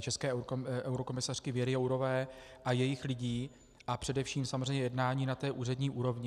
české eurokomisařky Věry Jourové a jejích lidí, a především samozřejmě jednání na té úřední úrovni.